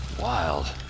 Wild